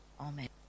Amen